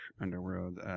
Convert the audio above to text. underworld